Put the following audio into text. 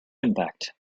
impact